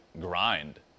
grind